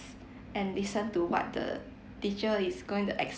and listen to what the teacher is going to explain